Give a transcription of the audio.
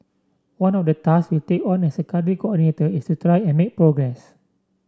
one of the task we'll take on as Country Coordinator is to try and make progress